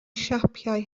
siapau